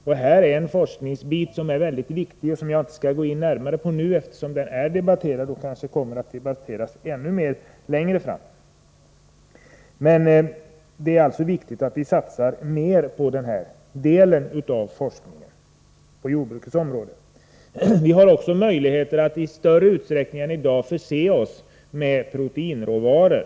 Det gäller en bit av forskningen som är mycket viktig men som jag inte nu skall gå närmare in på, eftersom den frågan redan är debatterad och kanske kommer att debatteras ytterligare längre fram. Det är emellertid viktigt att vi satsar mer på den delen av Vi har också möjligheter att i större utsträckning än i dag förse oss med proteinråvaror.